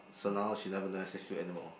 so now she never message you anymore